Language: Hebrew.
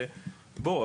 בוא,